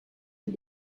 and